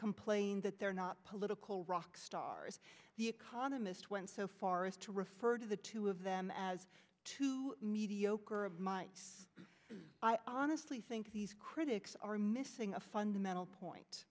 complained that they're not political rock stars the economist went so far as to refer to the two of them as two mediocre of my honest think these critics are missing a fundamental point